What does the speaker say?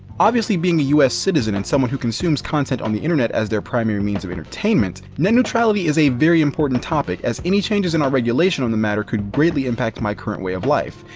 obviously, being a us citizen and someone who consumes content on the internet as their primary means entertainment, net neutrality is a very important topic as any changes in our regulation on the matter could greatly impact my current way of life,